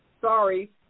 sorry